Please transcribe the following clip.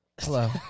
hello